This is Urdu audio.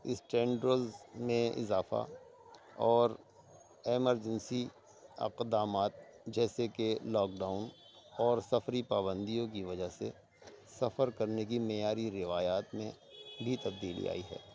اسٹینڈرس میں اضافہ اور ایمرجنسی اقدامات جیسے کہ لاک ڈاؤن اور سفری پابندیوں کی وجہ سے سفر کرنے کی معیاری روایات میں بھی تبدیلی آئی ہے